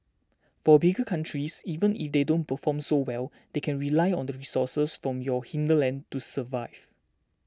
for bigger countries even if they don't perform so well they can rely on the resources from your hinterland to survive